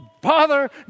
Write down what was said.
bother